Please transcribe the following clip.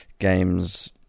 Games